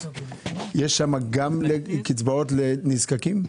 יש שם גם קצבאות לנזקקים?